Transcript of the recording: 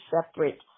separate